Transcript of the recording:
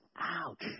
Ouch